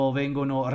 vengono